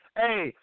hey